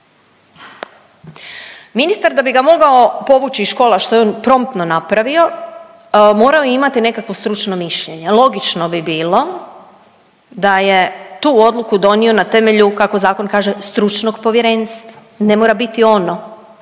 Ministar da bi ga mogao povući iz škola, što je on promptno napravio, morao je imati nekakvo stručno mišljenje. Logično bi bilo da je tu odluku donio na temelju, kako zakon kaže, stručnog povjerenstva. Ne mora biti ono